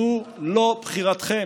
זו לא בחירתכם.